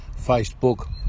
facebook